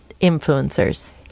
influencers